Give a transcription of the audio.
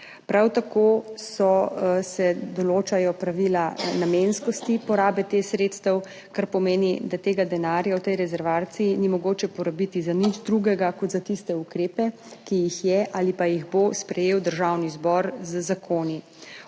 Prav tako se določajo pravila namenskosti porabe teh sredstev, kar pomeni, da tega denarja v tej rezervaciji ni mogoče porabiti za nič drugega kot za tiste ukrepe, ki jih je ali pa jih bo sprejel Državni zbor z zakoni.